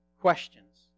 questions